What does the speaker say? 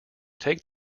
take